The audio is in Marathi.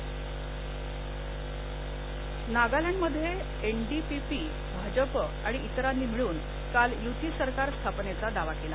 सरकार स्थापना नागालँडमध्ये एनडीपीपी भाजपा आणि इतरांनी मिळून काल य्ती सरकार स्थापनेचा दावा केला